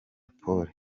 pole